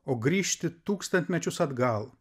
o grįžti tūkstantmečius atgal